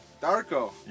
Darko